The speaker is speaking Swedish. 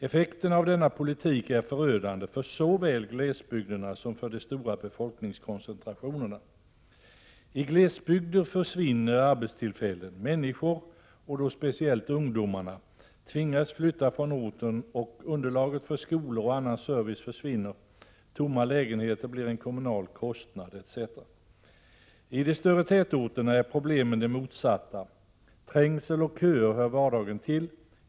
Effekterna av denna politik är förödande såväl för glesbygderna som för de stora befolkningskoncentrationerna. I glesbygder försvinner arbetstillfällen. Människor — speciellt ungdomarna — tvingas flytta från orten, och underlaget för skolor och annan service försvinner. Tomma lägenheter blir en kommunal kostnad etc. I de större tätorterna är problemen de motsatta. Trängsel och köer hör vardagen till.